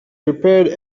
prepared